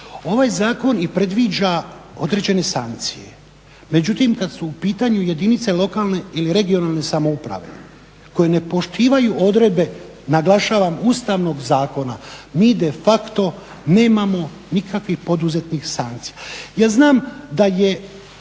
ovaj zakon i predviđa određene sankcije, međutim kad su u pitanju jedinice lokalne ili regionalne samouprave koje ne poštivaju odredbe, naglašavam Ustavnog zakona, mi de facto nemamo nikakvih poduzetnih sankcija. Ja znam da je